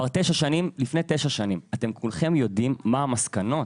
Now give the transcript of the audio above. כולכם יודעים מה המסקנות.